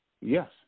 Yes